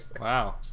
Wow